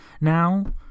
now